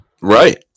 Right